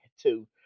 two